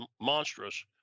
monstrous